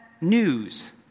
news